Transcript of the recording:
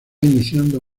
iniciando